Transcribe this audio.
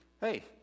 hey